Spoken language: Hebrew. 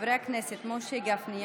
חברי הכנסת משה גפני,